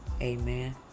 Amen